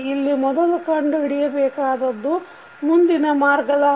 ಇಲ್ಲಿ ಮೊದಲು ಕಂಡು ಹಿಡಿಯಬೇಕಾದದ್ದು ಮುಂದಿನ ಮಾರ್ಗ ಲಾಭ